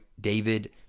David